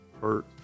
hurt